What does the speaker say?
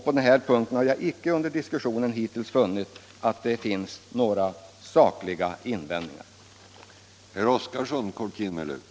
På den här punkten har jag under diskussionen hittills icke funnit några sakliga invändningar från dem som kritiserar OSS.